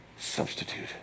Substitute